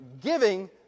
giving